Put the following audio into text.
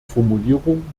formulierung